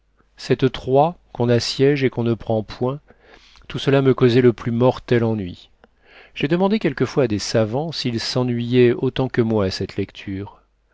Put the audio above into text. cette troie qu'on assiège et qu'on ne prend point tout cela me causait le plus mortel ennui j'ai demandé quelquefois à des savants s'ils s'ennuyaient autant que moi à cette lecture